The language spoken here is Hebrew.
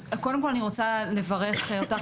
קודם כל אני רוצה לברך אותך,